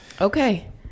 Okay